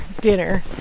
dinner